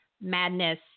madness